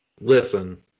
listen